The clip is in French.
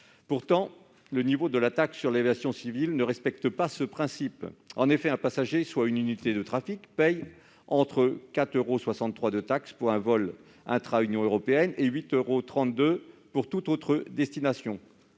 Pourtant, le niveau de la taxe sur l'aviation civile ne respecte pas ce principe. En effet, un passager, soit une unité de trafic, paie entre 4,63 euros de taxe pour un vol intra Union européenne et 8,32 euros pour toute autre destination,